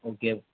okay